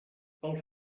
pel